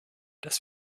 dass